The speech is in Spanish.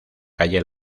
calle